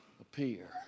appear